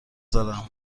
دارم